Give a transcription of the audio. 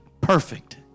perfect